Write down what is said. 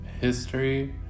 History